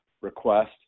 request